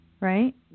right